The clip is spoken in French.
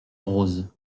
roses